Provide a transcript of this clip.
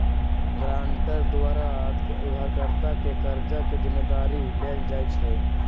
guarantor द्वारा उधारकर्ता के कर्जा के जिम्मदारी लेल जाइ छइ